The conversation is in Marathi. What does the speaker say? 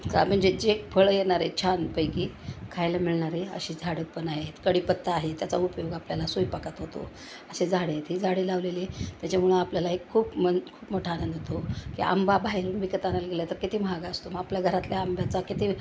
तर म्हणजे जे फळं येणारे छानपैकी खायला मिळणारे अशी झाडं पण आहेत कडीपत्ता आहे त्याचा उपयोग आपल्याला स्वयंपाकात होतो असे झाडे हे झाडे लावलेले त्याच्यामुळं आपल्याला एक खूप मन खूप मोठा आनंद होतो की आंबा बाहेरून विकत आणायला गेलं तर किती महाग असतो मग आपल्या घरातल्या आंब्याचा किती